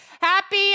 Happy